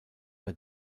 bei